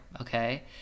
okay